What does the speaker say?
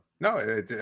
No